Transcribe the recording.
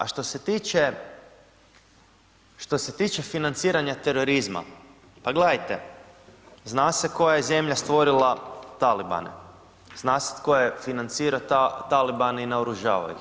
A što se tiče, što se tiče financiranja terorizma, pa gledajte, zna se koja je zemlja stvorila talibane, zna se tko je financirao talibane i naoružavao ih.